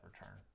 return